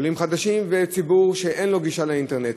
עולים חדשים וציבור שאין לו גישה לאינטרנט.